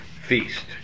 feast